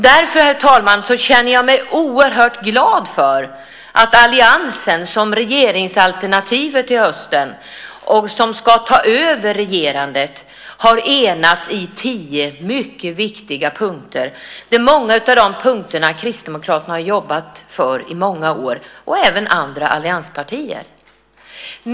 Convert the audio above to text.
Därför, herr talman, är jag glad för att alliansen, som är regeringsalternativet till hösten och som ska ta över regerandet, har enats om tio mycket viktiga punkter. Många av dessa punkter har Kristdemokraterna jobbat för i många år, liksom även andra allianspartier.